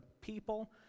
people